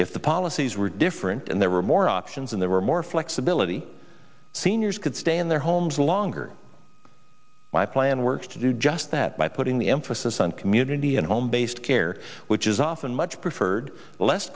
if the policies were different and there were more options and there were more flexibility seniors could stay in their homes longer my plan works to do just that by putting the emphasis on community and home based care which is often much preferred less